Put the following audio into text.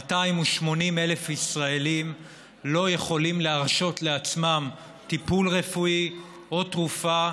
ש-280,000 ישראלים לא יכולים להרשות לעצמם טיפול רפואי או תרופה,